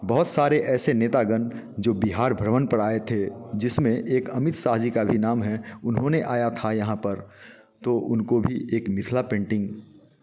बहुत सारे ऐसे नेतागण जो बिहार भ्रमण पर आए थे जिसमें एक अमित शाह जी का भी नाम है उन्होंने आया था यहाँ पर तो उनको भी एक मिथिला पेंटिंग